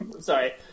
Sorry